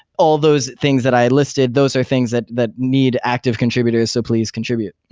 all those things that i listed, those are things that that need active contributors. so please contribute.